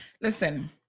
Listen